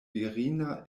virina